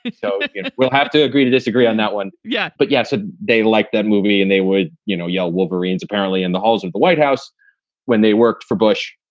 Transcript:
so we'll have to agree to disagree on that one. yes. but yes, ah they like that movie and they would you know yell wolverines apparently in the halls of the white house when they worked for bush.